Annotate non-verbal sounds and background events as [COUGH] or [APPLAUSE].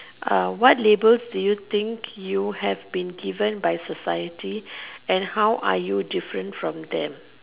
uh what labels do you think you have been given by society [BREATH] and how are you different from them